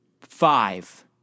five